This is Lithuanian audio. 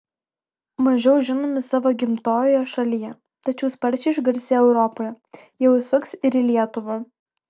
mažiau žinomi savo gimtojoje šalyje tačiau sparčiai išgarsėję europoje jie užsuks ir į lietuvą